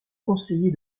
conseiller